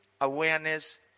awareness